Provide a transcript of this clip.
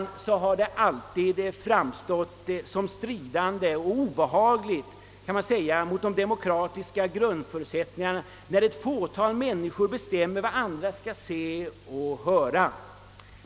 För mig har det alltid framstått som obehagligt och stridande mot de demokratiska grundförutsättningarna att ett fåtal människor bestämmer vad andra skall se och höra.